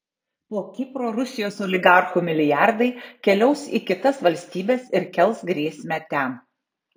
po kipro rusijos oligarchų milijardai keliaus į kitas valstybes ir kels grėsmę ten